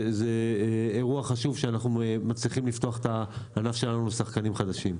זה אירוע חשוב שאנחנו מצליחים לפתוח את הענף שלנו לשחקנים חדשים.